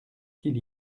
qu’il